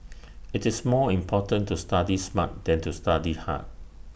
IT is more important to study smart than to study hard